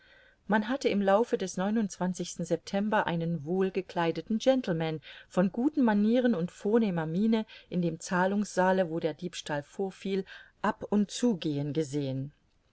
man hatte im laufe des september einen wohlgekleideten gentleman von guten manieren und vornehmer miene in dem zahlungssaale wo der diebstahl vorfiel ab und zugehen gesehen